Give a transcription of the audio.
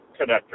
connector